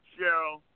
Cheryl